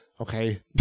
Okay